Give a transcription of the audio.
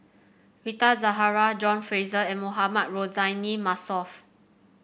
Rita Zahara John Fraser and Mohamed Rozani Maarof